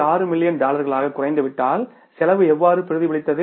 6 million டாலர்களாகக் குறைந்துவிட்டால் செலவு எவ்வாறு பிரதிபலித்தது